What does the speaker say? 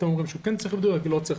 אתם אומרים שכן, הוא אומר לא.